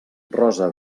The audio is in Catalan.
rosa